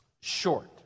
short